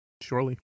Surely